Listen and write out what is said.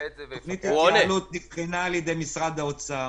תכנית ההתייעלות נבחנה על ידי משרד האוצר